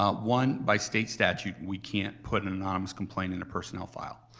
um one, by state statute, we can't put an anonymous complaint in a personnel file.